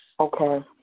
Okay